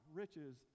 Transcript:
riches